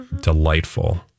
delightful